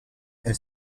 elle